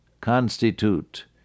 constitute